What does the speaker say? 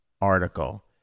article